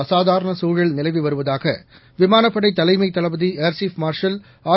அசாதாரணசூழல் நிலவி வருவதாக விமானப்படை தலைமைத் தளபதி ஏர்சீப் மார்ஷில் ஆர்